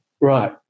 Right